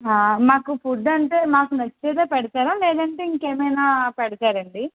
మాకు ఫుడ్ అంటే మాకు నచ్చేదే పెడతారా లేదంటే ఇంకెమైనా పెడతారాండి